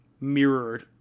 mirrored